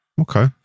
Okay